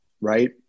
right